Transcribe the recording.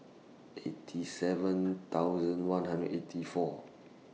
eighty seven thousand one hundred eighty four